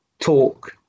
Talk